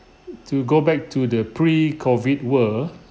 to go back to the pre COVID world